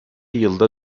yılda